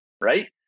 right